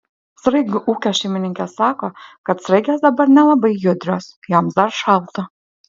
sraigių ūkio šeimininkė sako kad sraigės dabar nelabai judrios joms dar šalta